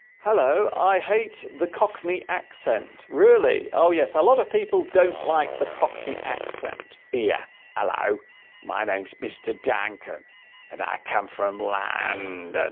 hello i hate the cockney accent really oh yes a lot of people don't like the cockney accent eeeh yeah hello my name's mr. duncan and i come from land